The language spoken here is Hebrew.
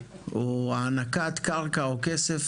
והענקת קרקע או כסף